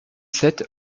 sept